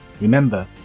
remember